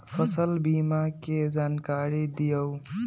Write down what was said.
फसल बीमा के जानकारी दिअऊ?